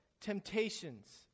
temptations